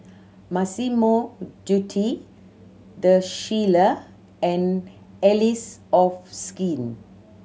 Massimo Dutti The Shilla and Allies of Skin